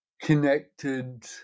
connected